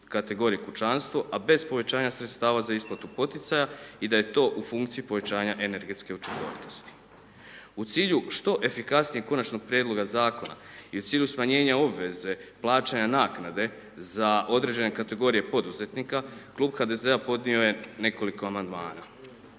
kategorije kućanstvo, a bez povećanja sredstava za isplatu poticaja i da je to u funkciji povećanja energetske učinkovitosti. U cilju što efikasnijeg Konačnog prijedloga Zakona i u cilju smanjenja obveze plaćanje naknade za određene kategorije poduzetnika, Klub HDZ-a podnio je nekoliko amandmana.